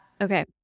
Okay